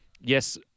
yes